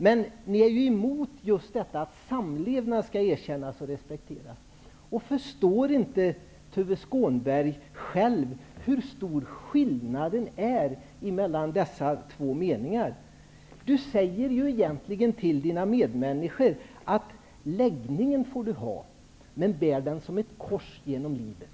Men ni är ju emot att samlevnad skall erkännas och respekteras. Förstår inte Tuve Skånberg själv hur stor skillnaden är mellan det som står där och det han säger? Han säger till sina medmänniskor: Läggningen får du ha, men bär den som ett kors genom livet.